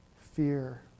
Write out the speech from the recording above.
fear